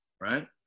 Right